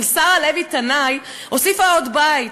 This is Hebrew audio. אבל שרה לוי-תנאי הוסיפה עוד בית: